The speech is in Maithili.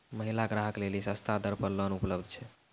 महिला ग्राहक लेली सस्ता दर पर लोन उपलब्ध छै?